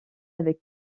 avec